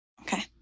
Okay